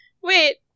wait